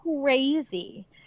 crazy